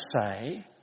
say